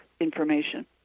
information